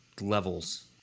levels